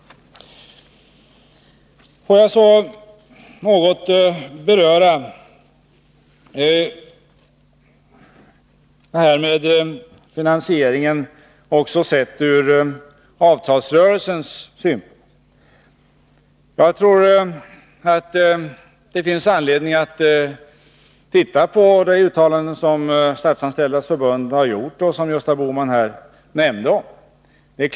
Får jag så något beröra detta med finansieringen också sett ur avtalsrörelsens synpunkt. Jag tror det finns anledning att ta del av de uttalanden som Statsanställdas förbund har gjort och som Gösta Bohman omnämnde.